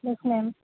yes ma'am